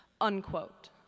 Unquote